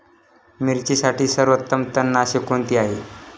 मिरचीसाठी सर्वोत्तम तणनाशक कोणते आहे?